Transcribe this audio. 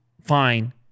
fine